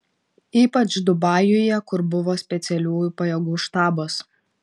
ypač dubajuje kur buvo specialiųjų pajėgų štabas